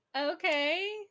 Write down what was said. okay